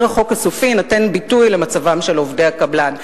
החוק הסופי יינתן ביטוי למצבם של עובדי הקבלן.